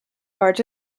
barge